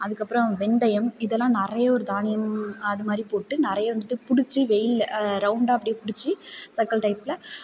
அதுக்கு அப்புறம் வெந்தயம் இதல்லாம் நிறைய ஒரு தானியம் அதுமாதிரி போட்டு நிறைய வந்துட்டு பிடிச்சி வெயிலில் ரவுண்டாக அப்படியே பிடிச்சி சர்க்கல் டைப்பில்